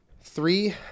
three